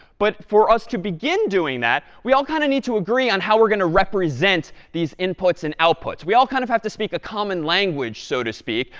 but for us to begin doing that, we all kind of need to agree on how we're going to represent these inputs and outputs. we all kind of have to speak a common language, so to speak.